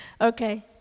Okay